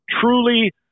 truly